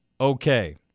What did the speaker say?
okay